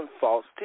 false